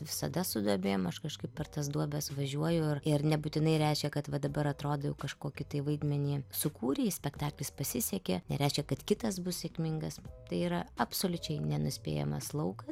visada su duobėm aš kažkaip per tas duobes važiuoju ir ir nebūtinai reiškia kad va dabar atrodo kažkokį vaidmenį sukūrei spektaklis pasisekė nereiškia kad kitas bus sėkmingas tai yra absoliučiai nenuspėjamas laukas